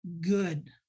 good